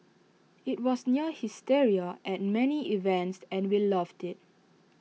IT was near hysteria at many events and we loved IT